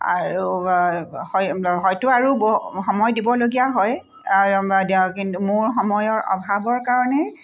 আৰু হয় হয়তো আৰু ব সময় দিবলগীয়া হয় দিওঁ কিন্তু মোৰ সময়ৰ অভাৱৰ কাৰণে